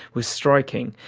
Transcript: was striking,